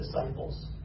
disciples